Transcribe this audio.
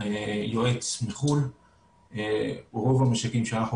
למצוא מחליף לד"ר שאול פוצי זאת תהיה התחלה טובה.